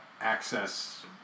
Access